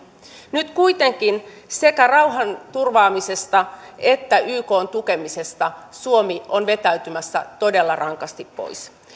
nyt kuitenkin sekä rauhanturvaamisesta että ykn tukemisesta suomi on vetäytymässä todella rankasti pois